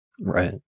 Right